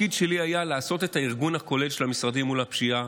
התפקיד שלי היה לעשות את הארגון הכולל של משרדי מול הפשיעה,